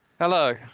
Hello